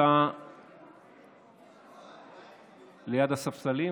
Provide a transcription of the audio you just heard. זאת ההצעה שאמרתי ליד הספסלים,